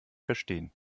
verstehen